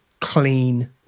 clean